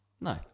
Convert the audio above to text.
No